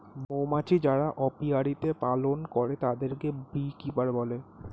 মৌমাছি যারা অপিয়ারীতে পালন করে তাদেরকে বী কিপার বলে